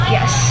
Yes